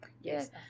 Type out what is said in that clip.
Yes